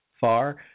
far